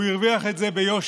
הוא הרוויח את זה ביושר.